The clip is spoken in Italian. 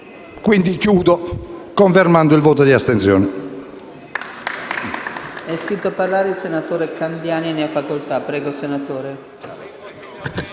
Quindi concludo confermando il voto di astensione.